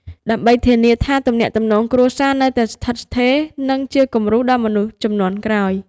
ដើម្បីធានាថាទំនាក់ទំនងគ្រួសារនៅតែស្ថិតស្ថេរ និងជាគំរូដល់មនុស្សជំនាន់ក្រោយ។